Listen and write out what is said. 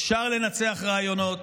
אפשר לנצח רעיונות,